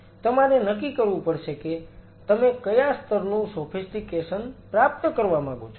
તમારે નક્કી કરવું પડશે કે તમે કયા સ્તરનું સોફિસ્ટિકેશન પ્રાપ્ત કરવા માંગો છો